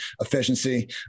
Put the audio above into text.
efficiency